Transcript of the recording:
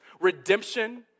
redemption